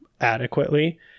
adequately